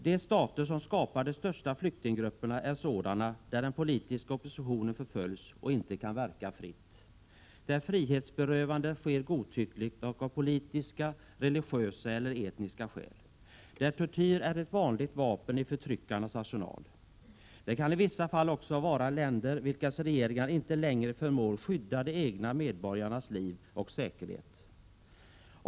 De stater som skapar de största flyktinggrupperna är sådana där den politiska oppositionen förföljs och inte kan verka fritt, där frihetsberövanden sker godtyckligt och av politiska, religiösa eller etniska skäl och där tortyr är ett vanligt vapen i förtryckarnas arsenal. Det kan i vissa fall också vara länder vilkas regeringar inte längre förmår skydda de egna medborgarnas liv och säkerhet.